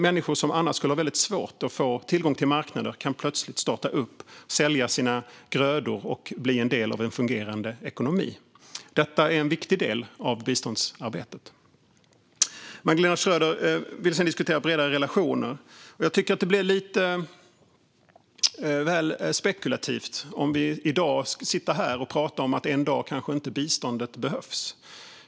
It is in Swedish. Människor som annars skulle ha väldigt svårt att få tillgång till marknader kan plötsligt starta upp, sälja sina grödor och bli en del av en fungerande ekonomi. Detta är en viktig del av biståndsarbetet. Magdalena Schröder vill sedan diskutera bredare relationer. Det blir lite väl spekulativt om vi i dag står här och talar om att en dag kanske inte biståndet behövs.